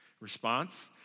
response